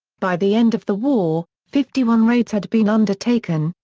by the end of the war, fifty one raids had been undertaken,